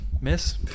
miss